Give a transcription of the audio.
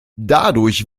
dadurch